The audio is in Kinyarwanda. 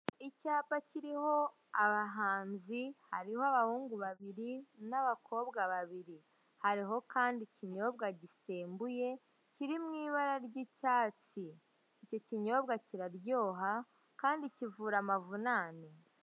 Icyapa kiriho abahanzi, hariho abahungu babiri n'abakobwa babiri hariho kandi ikinyobwa gisembuye kiri mu ibara ry'icyatsi, icyo kinyobwa kiraryoha kandi kivura amavunane.